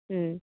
മ്